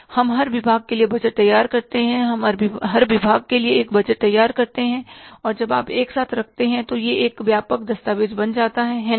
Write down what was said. हम हर विभाग के लिए एक बजट तैयार करते हैं हम हर विभाग के लिए एक बजट तैयार करते हैं और जब आप एक साथ रखते हैं तो यह एक व्यापक दस्तावेज़ बन जाता है है ना